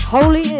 Holy